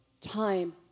time